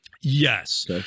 yes